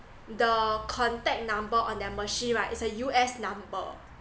the contact number on that machine right it's a U_S number